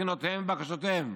תחינותיהם ובקשותיהם.